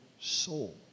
soul